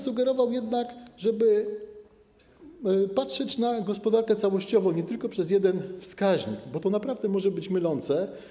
Sugerowałbym jednak, żeby patrzeć na gospodarkę całościowo, nie tylko przez jeden wskaźnik, bo to naprawdę może być mylące.